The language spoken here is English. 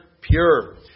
pure